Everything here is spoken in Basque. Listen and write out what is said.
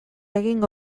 egingo